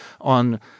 on